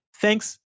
Thanks